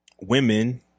women